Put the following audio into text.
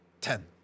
Ten